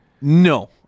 No